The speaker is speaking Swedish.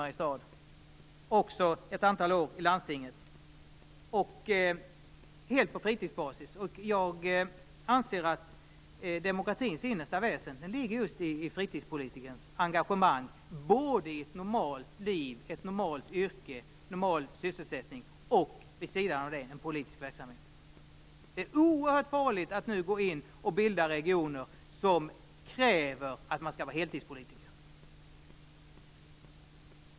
Jag har också jobbat ett antal år i landstinget. Det har jag gjort helt på fritidsbasis. Jag anser att demokratins innersta väsen ligger just i fritidspolitikerns engagemang - i ett normalt liv, ett normalt yrke, en normal sysselsättning och, vid sidan av det, en politisk verksamhet. Det är oerhört farligt att nu bilda regioner där det krävs att man skall vara heltidspolitiker.